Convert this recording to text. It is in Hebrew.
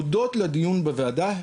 הודות לדיון בוועדה,